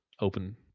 open